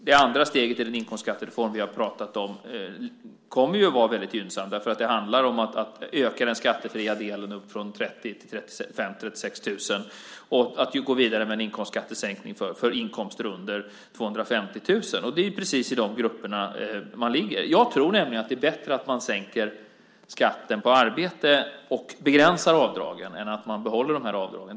Det andra steget i den inkomstskattereform som vi pratat om kommer att vara mycket gynnsamt. Det handlar om att öka den skattefria delen från 30 000 till omkring 36 000 och gå vidare med en inkomstskattesänkning för inkomster under 250 000. Det är precis i de grupperna dessa ligger. Jag tror att det är bättre att sänka skatten på arbete och begränsa avdragen än att behålla avdragen.